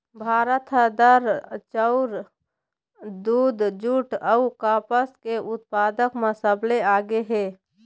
भारत ह दार, चाउर, दूद, जूट अऊ कपास के उत्पादन म सबले आगे हे